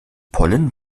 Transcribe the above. pollen